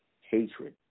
hatred